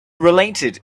related